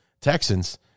Texans